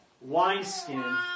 wineskin